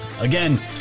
again